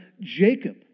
Jacob